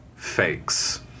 fakes